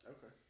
Okay